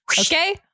Okay